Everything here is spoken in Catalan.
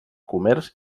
comerç